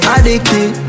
Addicted